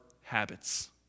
habits